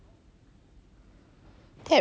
no I never